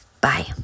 Bye